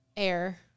Air